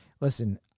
listen